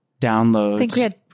downloads